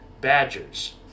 Badgers